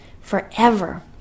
forever